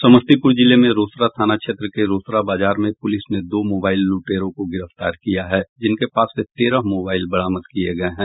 समस्तीपुर जिले में रोसड़ा थाना क्षेत्र के रोसड़ा बाजार में पुलिस ने दो मोबाइल लूटेरों को गिरफ्तार किया है जिनके पास से तेरह मोबाइल बरामद किये गये हैं